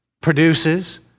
produces